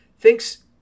thinks